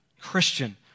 Christian